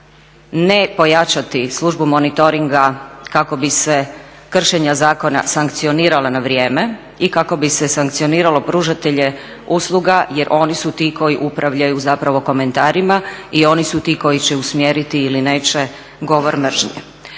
ne pojačati službu monitoringa kako bi se kršenja zakona sankcionirala na vrijeme i kako bi se sankcioniralo pružatelje usluga jer oni su ti koji upravljaju zapravo komentarima i oni su ti koji će usmjeriti ili neće govor mržnje.